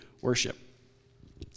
worship